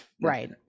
right